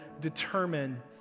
determine